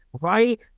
right